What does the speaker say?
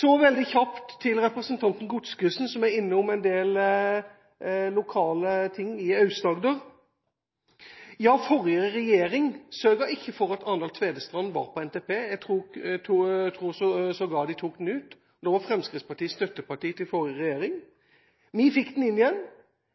Så veldig kjapt til representanten Godskesen, som er innom en del lokale saker i Aust-Agder. Ja, forrige regjering sørget ikke for at Arendal–Tvedestrand var på NTP. Jeg tror sågar de tok den ut. Fremskrittspartiet var støtteparti til forrige regjering. Vi fikk den inn igjen.